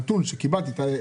נתון שקיבלתי,